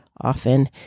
often